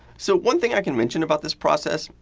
so, one thing i can mention about this process,